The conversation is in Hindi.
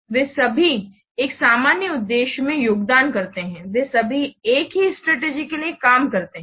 वे सभी एक सामान्य उद्देश्य में योगदान करते हैं वे सभी एक ही स्ट्रेटेजी के लिए काम करते हैं